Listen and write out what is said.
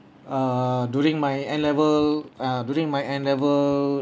err during my N level uh during my N level